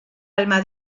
alma